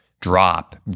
drop